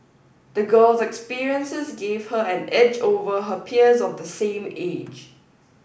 the girl's experiences gave her an edge over her peers of the same age